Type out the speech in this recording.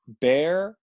Bear